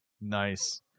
Nice